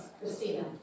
Christina